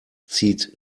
zieht